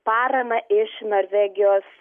paramą iš norvegijos